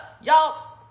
y'all